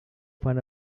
fan